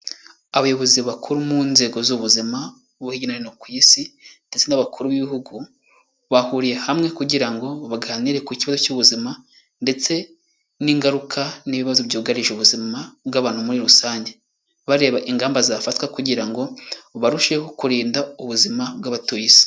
Abayobozi bakuru mu nzego z'ubuzima bo hirya no hino ku isi ndetse n'abakuru b'ibihugu bahuriye hamwe kugira ngo baganire ku kibazo cy'ubuzima ndetse n'ingaruka n'ibibazo byugarije ubuzima bw'abantu muri rusange, bareba ingamba zafatwa kugira ngo burusheho kurinda ubuzima bw'abatuye isi.